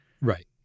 Right